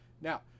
Now